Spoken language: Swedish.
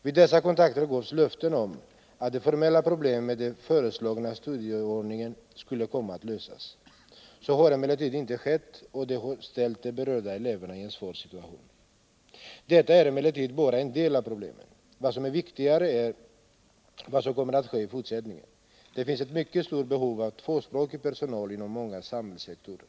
Vid dessa kontakter gavs löften om att de formella problemen med den föreslagna studieordningen skulle komma att lösas. Så har emellertid inte skett, och det Nr 53 har försatt de berörda eleverna i en svår situation. Fredagen den Detta är emellertid bara en del av problemet. Viktigare är vad som 14 december 1979 kommer att ske i fortsättningen. Det finns ett mycket stort behov av tvåspråkig personal inom många Om vuxenundersamhällssektorer.